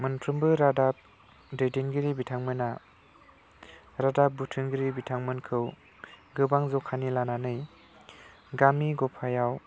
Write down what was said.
मोनफ्रोमबो रादाब दैदेनगिरि बिथांमोना रादाब बुथुमगिरि बिथांमोनखौ गोबां जखानि लानानै गामि गफायाव